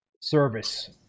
service